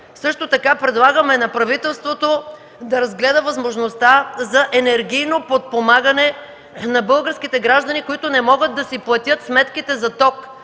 Също така предлагаме на правителството да разгледа възможността за енергийно подпомагане на българските граждани, които не могат да си платят сметките за ток.